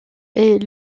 est